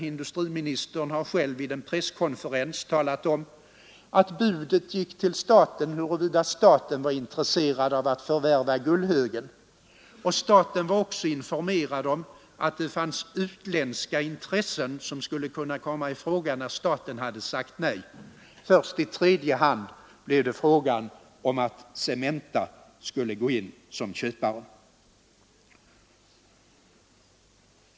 Industriministern har själv vid en presskonferens talat om att budet gick till staten med frågan huruvida staten var intresserad av att förvärva Gullhögen. Industriministern var också informerad om att det fanns utländska intressen som skulle kunna komma i fråga när staten hade sagt nej. Först i tredje hand blev det fråga om att Cementa skulle gå in som köpare.